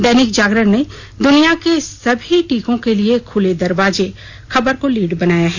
दैनिक जागरण ने दुनियां के सभी टीकों के लिए खुले दरवाजे खबर की लीड बनाया है